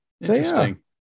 Interesting